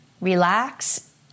Relax